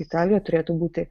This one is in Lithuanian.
italija turėtų būti